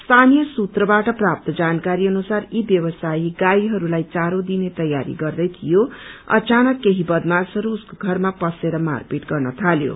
स्थानीय सूत्रबाट प्राप्त जानकारी अनुसार यी व्यावसायी गाईंडस्लाई चारो दिने तयारी गर्दैथियो अचानक केशी बदमाशहरू उसको घरमा पसेर मारपिट गर्न थाल्यो